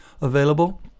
available